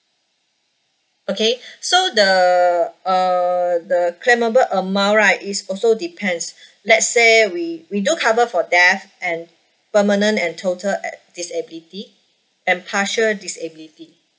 okay so the uh the claimable amount right is also depends let's say we we do cover for death and permanent and total a~ disability and partial disability